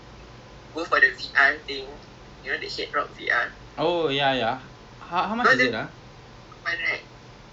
ya ya that that's the lowest yang ada but other one is seven rides seventy five dollars and one ride is only five minutes yo